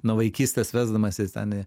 nuo vaikystės vesdamasis ten į